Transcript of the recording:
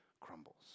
crumbles